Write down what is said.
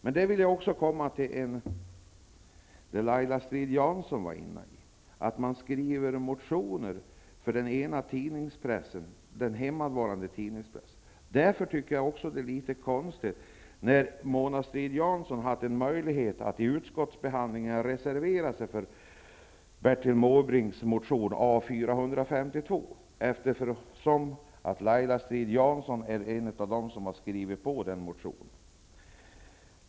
Därefter vill jag också komma till det som Laila Strid-Jansson var inne på, nämligen att man skriver motioner för den hemmavarande pressen. Jag tycker också att hennes uttalande var litet konstigt. Laila Strid-Jansson hade en möjlighet att vid utskottsbehandlingen reservera sig för Bertil Jansson är en av dem som har skrivit på den motionen.